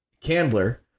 Candler